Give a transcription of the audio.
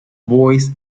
boyce